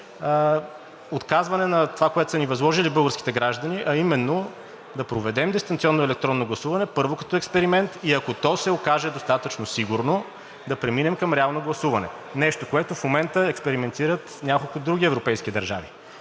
отказване на това, което са ни възложили българските граждани, а именно да проведем дистанционно електронно гласуване първо като експеримент и ако то се окаже достатъчно сигурно, да преминем към реално гласуване. Нещо, което в момента експериментират няколко други европейски държави.